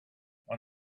when